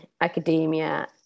academia